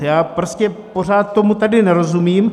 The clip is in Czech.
Já prostě pořád tomu tady nerozumím.